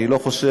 אני לא חושב